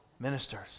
Ministers